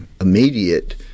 immediate